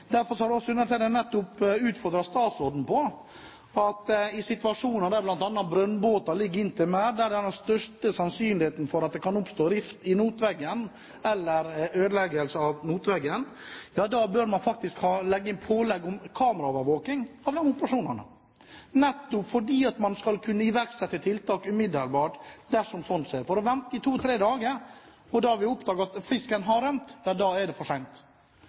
så sant det lar seg gjøre. Derfor har også undertegnede nettopp utfordret statsråden på at i situasjoner der bl.a. brønnbåter ligger inntil merder, og da det er størst sannsynlighet for at det oppstår rift i notveggen eller ødeleggelse av notveggen, bør man faktisk få pålegg om kameraovervåking av disse operasjonene, nettopp fordi man skal kunne iverksette tiltak umiddelbart dersom sånt skjer. Hvis man venter i to–tre dager og